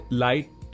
light